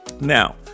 now